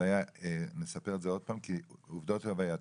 אני אספר את זה עוד פעם כי עובדות הווייתם.